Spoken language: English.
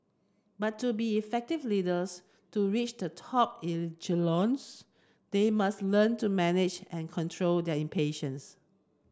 but to be effective leaders to reach the top echelons they must learn to manage and control their impatience